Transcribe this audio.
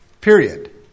Period